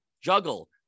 juggle